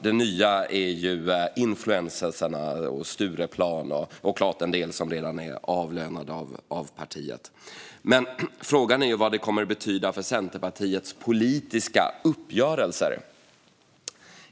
Det nya är influencers, Stureplan och såklart en del som redan är avlönade av partiet. Frågan är vad det kommer att betyda för Centerpartiets politiska uppgörelser.